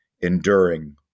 enduring